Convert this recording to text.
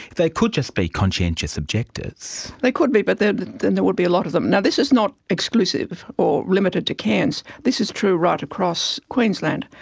they could just be conscientious objectors. they could be but then there would be a lot of them. and this is not exclusive or limited to cairns, this is true right across queensland.